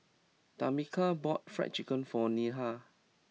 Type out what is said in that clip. Tamica bought Fried Chicken for Neha